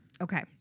Okay